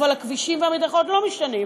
אבל הכבישים והמדרכות לא משתנים.